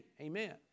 Amen